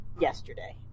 yesterday